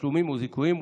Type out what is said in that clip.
תשלומים או זיכויים,